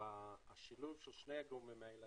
זה שילוב של שני הגורמים האלה